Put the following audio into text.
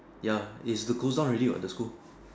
ya is to close down already what the school